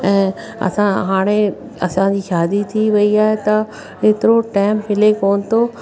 ऐं असां हाणे असांजी शादी थी वई आहे त हेतिरो टाइम मिले कोन थो